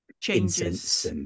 changes